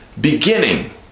beginning